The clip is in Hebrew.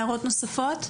הערות נוספות?